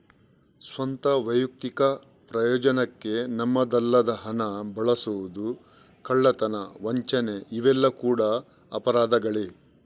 ಸ್ವಂತ, ವೈಯಕ್ತಿಕ ಪ್ರಯೋಜನಕ್ಕೆ ನಮ್ಮದಲ್ಲದ ಹಣ ಬಳಸುದು, ಕಳ್ಳತನ, ವಂಚನೆ ಇವೆಲ್ಲ ಕೂಡಾ ಅಪರಾಧಗಳೇ